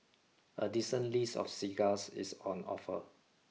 a decent list of cigars is on offer